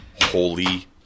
holy